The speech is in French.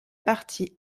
partie